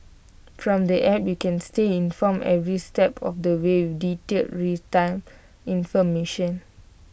from the app you can stay informed every step of the way with detailed real time information